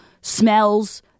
smells